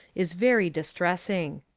is very distressing.